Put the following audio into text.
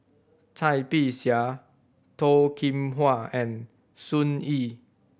Cai Bixia Toh Kim Hwa and Sun Yee